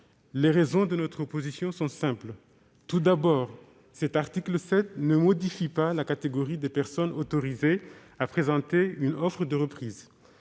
Les raisons de notre opposition sont simples. Tout d'abord, l'article 7 ne modifie pas la catégorie des personnes autorisées à présenter une offre de reprise.